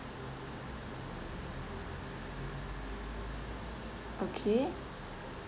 okay